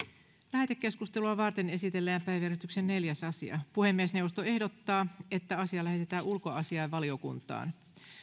lähetekeskustelua varten esitellään päiväjärjestyksen neljäs asia puhemiesneuvosto ehdottaa että asia lähetetään ulkoasiainvaliokuntaan